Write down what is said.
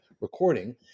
recording